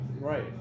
Right